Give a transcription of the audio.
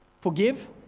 Forgive